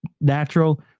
natural